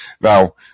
Now